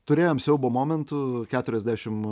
turėjom siaubo momentų keturiasdešimt